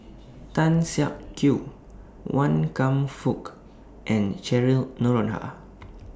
Tan Siak Kew Wan Kam Fook and Cheryl Noronha